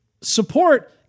support